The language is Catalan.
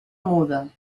muda